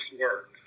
work